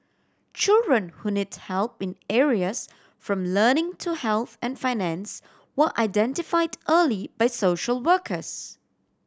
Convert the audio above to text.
children who need help in areas from learning to health and finance were identified early by social workers